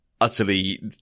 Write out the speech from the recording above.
utterly